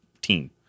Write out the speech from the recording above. team